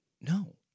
No